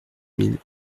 mille